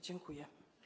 Dziękuję.